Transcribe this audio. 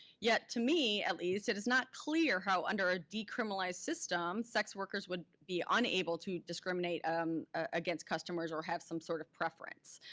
yet, to me at least, it is not clear how under a decriminalized system, sex workers would be unable to discriminate um against customers or have some sort of preference.